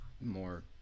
more